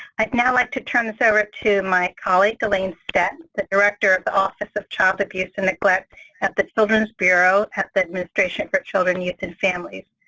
i'd now like to turn this over to my colleague, elaine stedt, the director of the office of child abuse and neglect at the children's bureau, at the administration for children, youth, and families.